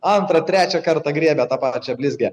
antrą trečią kartą griebia tą pačią blizgę